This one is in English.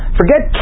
forget